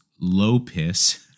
Lopez